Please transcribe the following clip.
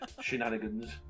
shenanigans